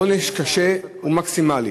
עונש קשה ומקסימלי.